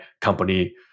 company